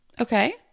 Okay